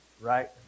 Right